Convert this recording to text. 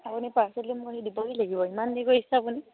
আপুনি পাৰ্চেলটো দিবহি লাগিব ইমান দেৰি কৰিছে আপুনি